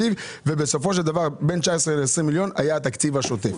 ובסופו של דבר בין 19 ל-20 מיליון היה התקציב השוטף.